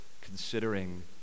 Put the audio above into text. considering